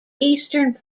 eastern